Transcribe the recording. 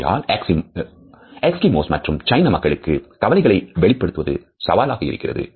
ஆகையால் எஸ்கிமோஸ் மற்றும் சைன மக்களுக்கு கவலைகளை வெளிப்படுத்துவது சவாலாக இருக்கிறது